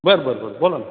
बंर बरं बरं बोला ना